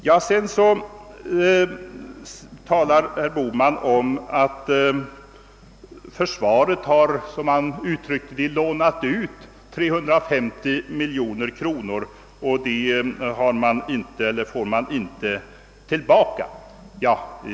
Herr Bohman talade vidare om att försvaret har, som han uttryckte det, lånat ut 350 miljoner kronor och att försvaret inte får tillbaka dessa pengar.